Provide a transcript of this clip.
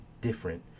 different